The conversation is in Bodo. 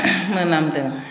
मोनामदों